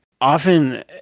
often